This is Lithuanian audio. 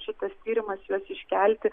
šitas tyrimas juos iškelti